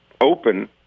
open